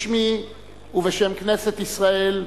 בשמי ובשם כנסת ישראל,